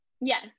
Yes